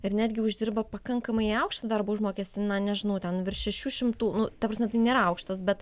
ir netgi uždirba pakankamai aukštą darbo užmokestį na nežinau ten virš šešių šimtų nu ta prasme tai nėra aukštas bet